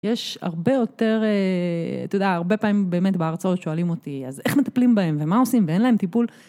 יש הרבה יותר, אתה יודע, הרבה פעמים באמת בהרצאות שואלים אותי אז איך מטפלים בהם ומה עושים ואין להם טיפול.